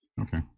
Okay